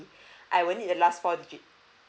I will need your last four digit